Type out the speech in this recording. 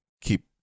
keep